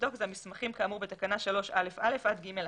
לבדוק זה את המסמכים כאמור בתקנה 3א(א) עד (ג)(1)